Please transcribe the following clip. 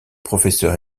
professeur